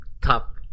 top